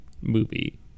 movie